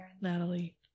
Natalie